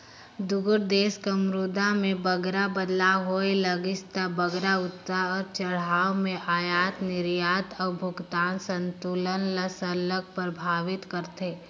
दुगोट देस कर मुद्रा में बगरा बदलाव होए लगिस ता बगरा उतार चढ़ाव में अयात निरयात अउ भुगतान संतुलन ल सरलग परभावित करथे